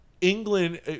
england